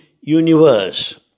universe